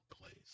place